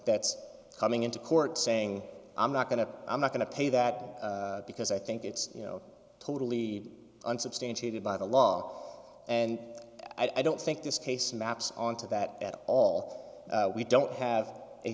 that's coming into court saying i'm not going to i'm not going to pay that because i think it's you know totally unsubstantiated by the law and i don't think this case maps on to that at all we don't have a